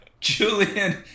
Julian